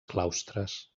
claustres